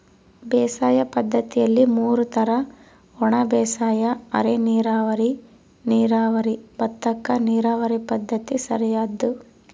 ಬೇಸಾಯ ಪದ್ದತಿಯಲ್ಲಿ ಮೂರು ತರ ಒಣಬೇಸಾಯ ಅರೆನೀರಾವರಿ ನೀರಾವರಿ ಭತ್ತಕ್ಕ ನೀರಾವರಿ ಪದ್ಧತಿ ಸರಿಯಾದ್ದು